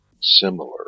similar